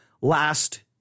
last